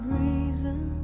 reason